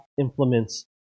implements